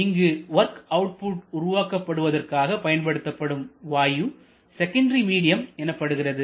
இங்கு work output உருவாக்கபடுவதற்காக பயன்படுத்தப்படும் வாயு செகண்டரி மீடியம் எனப்படுகிறது